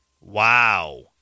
Wow